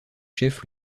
chefs